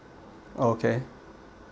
okay